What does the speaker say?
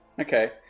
okay